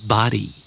Body